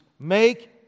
Make